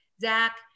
Zach